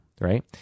right